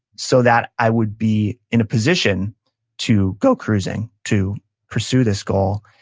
so that i would be in a position to go cruising, to pursue this goal,